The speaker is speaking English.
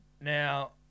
Now